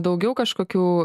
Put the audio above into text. daugiau kažkokių